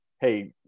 hey